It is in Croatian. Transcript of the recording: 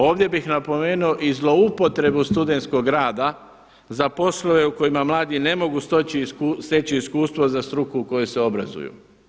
Ovdje bih napomenuo i zloupotrebu studentskog rada za poslove u kojima radi ne mogu steći iskustvo za struku u kojoj se obrazuju.